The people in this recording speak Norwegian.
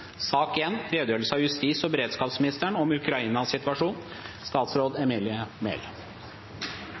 Sak nr. 1 var redegjørelse av justis- og beredskapsministeren.